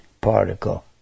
particle